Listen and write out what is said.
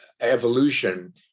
evolution